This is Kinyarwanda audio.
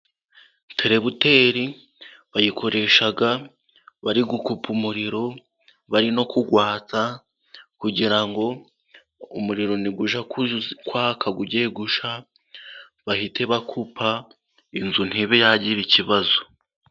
Terebuteri bayikoresha bari gukupa umuriro bari no kuwatsa kugira ngo umuriro nujya kwaka ugiye gusha bahite bakupa inzu ntibe yagira ikibazo.